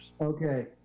Okay